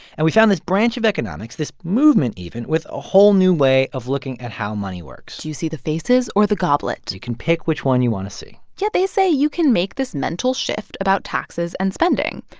and we found this branch of economics this movement even with a whole new way of looking at how money works do you see the faces or the goblet? you can pick which one you want to see yeah they say you can make this mental shift about taxes and spending.